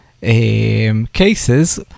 cases